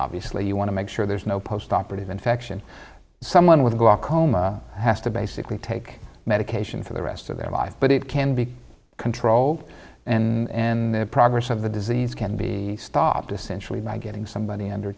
obviously you want to make sure there's no post operative infection someone with glaucoma has to basically take medication for the rest of their life but it can be controlled in the progress of the disease can be stopped essentially by getting somebody under